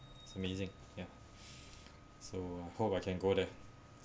it's amazing ya so I hope I can go there